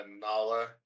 Nala